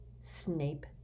Snape